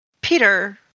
Peter